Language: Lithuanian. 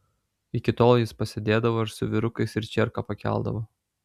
iki tol jis pasėdėdavo ir su vyrukais ir čierką pakeldavo